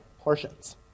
portions